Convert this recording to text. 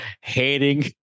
hating